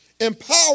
Empower